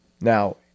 now